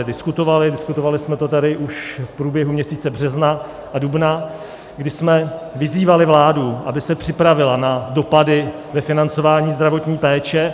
Diskutovali jsme to tady už v průběhu měsíce března a dubna, kdy jsme vyzývali vládu, aby se připravila na dopady ve financování zdravotní péče.